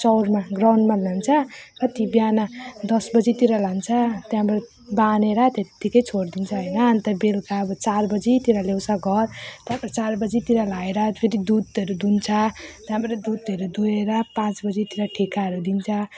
चौरमा ग्राउन्डमा लान्छ कति बिहान दस बजेतिर लान्छ त्यहाँबाट बाँधेर त्यत्तिकै छोडिदिन्छ हैन अनि त बेलुका अब चार बजेतिर ल्याउँछ घर त्यहाँबाट चार बजेतिर ल्याएर फेरि दुधहरू दुहुन्छ त्यहाँबाट दुधहरू दुहेर पाँच बजेतिर ठेकाहरू दिन्छ